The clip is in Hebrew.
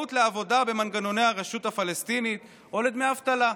זכאות לעבודה במנגנוני הרשות הפלסטינית או לדמי אבטלה.